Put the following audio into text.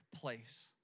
place